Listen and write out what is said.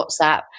whatsapp